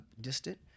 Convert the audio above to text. distant